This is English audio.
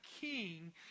king